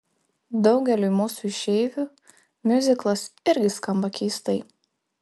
daugeliui mūsų išeivių miuziklas irgi skamba keistai